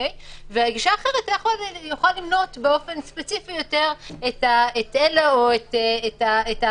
וגישה אחרת היא למנות באופן ספציפי יותר את אלה או את האחרים.